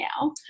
now